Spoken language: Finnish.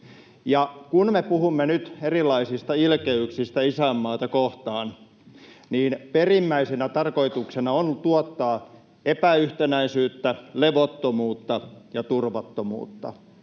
Ja kun me puhumme nyt erilaisista ilkeyksistä isänmaata kohtaan, perimmäisenä tarkoituksena on tuottaa epäyhtenäisyyttä, levottomuutta ja turvattomuutta.